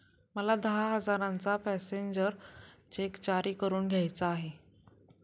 मला दहा हजारांचा पॅसेंजर चेक जारी करून घ्यायचा आहे